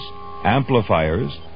amplifiers